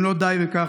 אם לא די בכך,